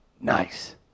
Nice